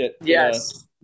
yes